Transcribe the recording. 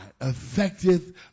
affecteth